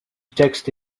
texte